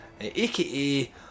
aka